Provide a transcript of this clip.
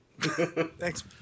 Thanks